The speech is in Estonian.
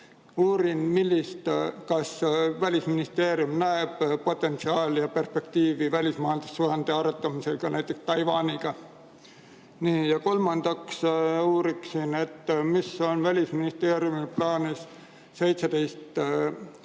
Uurin, kas Välisministeerium näeb potentsiaali ja perspektiivi välismajandussuhete arendamises näiteks Taiwaniga. Ja kolmandaks uuriksin, mis on Välisministeeriumil plaanis 17 +